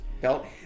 belt